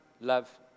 love